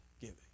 giving